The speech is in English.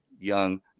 young